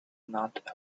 not